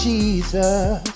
Jesus